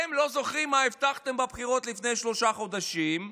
אתם לא זוכרים מה הבטחתם בבחירות לפני שלושה חודשים?